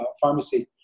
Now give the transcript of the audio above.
pharmacy